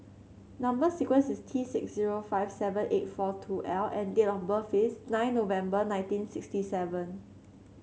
number sequence is T six zero five seven eight four two L and date of birth is nine November nineteen sixty seven